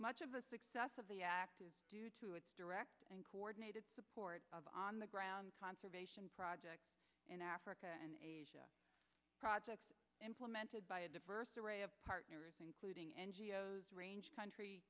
much of the success of the act is due to its direct and coordinated support of on the ground conservation projects in africa and asia projects implemented by a diverse array of partners including n g o s range country